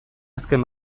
azken